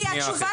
לא נכון.